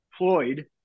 employed